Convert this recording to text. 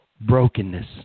brokenness